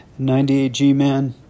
98Gman